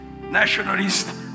nationalist